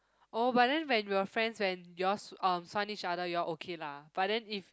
oh but then when you're friends when you all s~ uh each other you all okay lah but then if